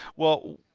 well,